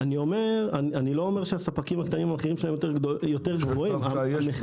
אני לא אומר שהמחירים של הספקים הקטנים יותר גבוהים --- יש